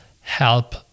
help